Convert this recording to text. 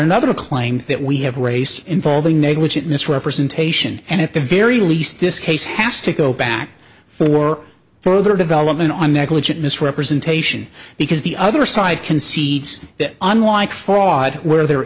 another claim that we have raised involving negligent misrepresentation and at the very least this case has to go back for further development on negligent misrepresentation because the other side concedes that unlike for audit where there